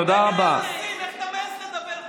אז לא היית לפני כמה דקות ------ איך אתה מעז לדבר בכלל?